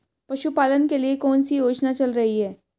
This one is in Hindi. पशुपालन के लिए कौन सी योजना चल रही है?